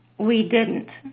we didn't.